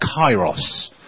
Kairos